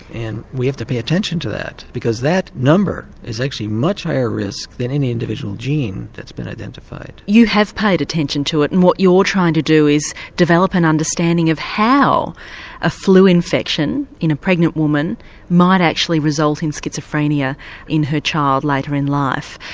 we have to pay attention to that because that number is actually much higher risk than any individual gene that's been identified. you have paid attention to it and what you're trying to do is develop an understanding of how a flu infection in a pregnant woman might actually result in schizophrenia in her child later in life.